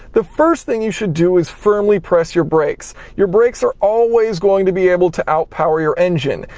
the first thing you should do is firmly press your brakes. your brakes are always going to be able to out-power your engine.